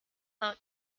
coat